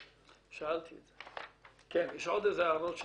יש עוד הערות?